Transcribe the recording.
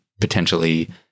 potentially